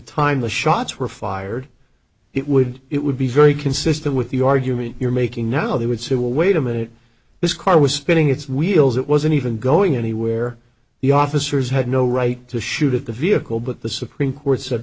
time the shots were fired it would it would be very consistent with the argument you're making now they would say well wait a minute this car was spinning its wheels it wasn't even going anywhere the officers had no right to shoot at the vehicle but the supreme court said